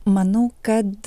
manau kad